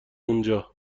اونجا